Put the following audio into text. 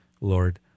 Lord